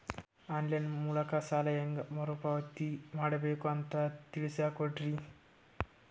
On line ಮೂಲಕ ಸಾಲ ಹೇಂಗ ಮರುಪಾವತಿ ಮಾಡಬೇಕು ಅಂತ ತಿಳಿಸ ಕೊಡರಿ?